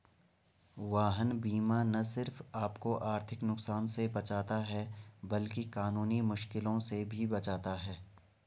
वाहन बीमा न सिर्फ आपको आर्थिक नुकसान से बचाता है, बल्कि कानूनी मुश्किलों से भी बचाता है